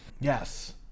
Yes